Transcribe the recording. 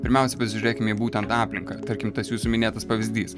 pirmiausia pasižiūrėkime į būtent aplinkątarkim tas jūsų minėtas pavyzdys